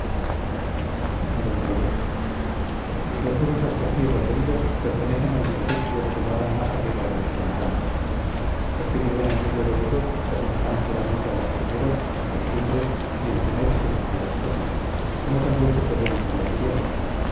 desde entonces xcii los usos hasta aquí referidos pertenecen a los egipcios que moran más arriba de los pantanos los que viven en medio de ellos se asemejan enteramente a los primeros en costumbres y en tener una sola esposa como también sucede entre los griegos